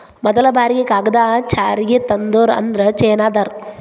ಮದಲ ಬಾರಿ ಕಾಗದಾ ಜಾರಿಗೆ ತಂದೋರ ಅಂದ್ರ ಚೇನಾದಾರ